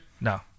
No